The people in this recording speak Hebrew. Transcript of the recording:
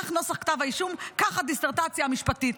כך נוסח כתב האישום, כך הדיסרטציה המשפטית.